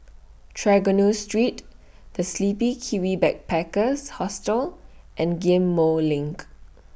Trengganu Street The Sleepy Kiwi Backpackers Hostel and Ghim Moh LINK